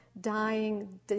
dying